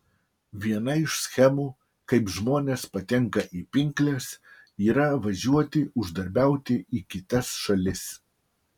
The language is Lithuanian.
viena iš schemų kaip žmonės patenka į pinkles yra važiuoti uždarbiauti į kitas šalis